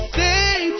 Stay